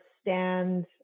stand